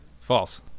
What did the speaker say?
false